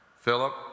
Philip